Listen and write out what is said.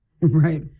Right